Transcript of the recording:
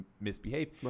misbehave